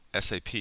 SAP